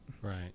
Right